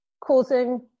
causing